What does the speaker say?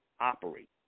operate